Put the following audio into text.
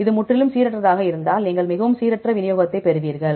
இது முற்றிலும் சீரற்றதாக இருந்தால் நீங்கள் மிகவும் சீரற்ற விநியோகத்தைப் பெறுவீர்கள்